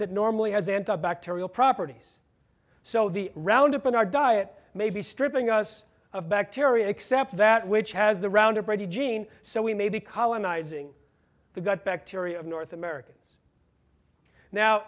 that normally has anti bacterial properties so the roundup in our diet may be stripping us of bacteria except that which has the roundup ready gene so we may be colonizing the gut bacteria of north americans now